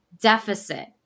deficit